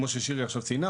כמו ששירי עכשיו ציינה,